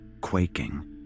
quaking